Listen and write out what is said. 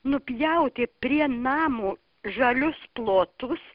nupjauti prie namo žalius plotus